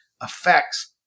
affects